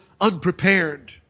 unprepared